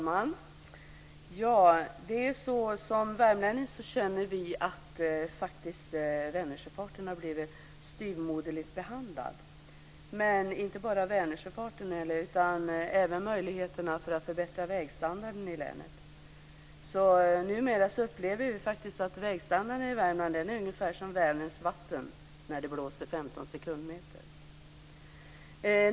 Herr talman! Vi värmlänningar känner att Vänersjöfarten har blivit styvmoderligt behandlad. Det gäller inte bara Vänersjöfarten, utan även möjligheterna att förbättra vägstandarden i länet. Numera upplever vi att vägstandarden i Värmland är som Vänerns vatten när det blåser 15 sekundmeter.